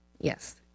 Yes